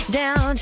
down